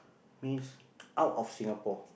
means out of Singapore